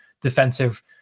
defensive